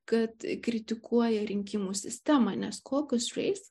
kad kritikuoja rinkimų sistemą nes kokusfreis